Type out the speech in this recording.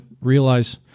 realize